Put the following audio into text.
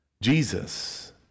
Jesus